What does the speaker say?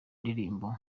ndirimbo